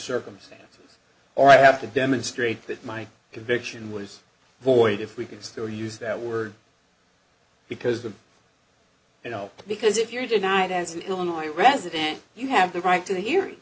circumstance or i have to demonstrate that my conviction was void if we could still use that word because the you know because if you're denied as an illinois resident you have the right to a hearing